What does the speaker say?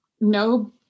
no